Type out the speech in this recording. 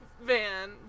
van